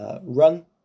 run